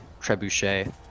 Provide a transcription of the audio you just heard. trebuchet